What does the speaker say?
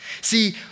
See